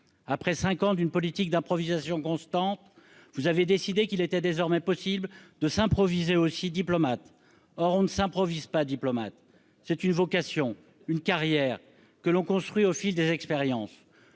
Après cinq ans d'une politique d'improvisation constante, vous avez décidé qu'il était désormais possible de s'improviser aussi diplomate. Or on ne s'improvise pas diplomate : c'est une vocation, une carrière que l'on construit au fil des expériences.